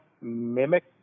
mimic